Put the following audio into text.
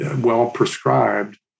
well-prescribed